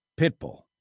Pitbull